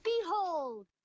Behold